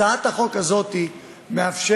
הצעת החוק הזאת מאפשרת